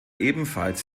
ebenfalls